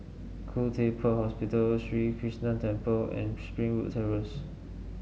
Khoo Teck Puat Hospital Sri Krishnan Temple and Springwood Terrace